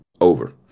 over